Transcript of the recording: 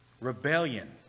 Rebellion